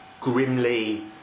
grimly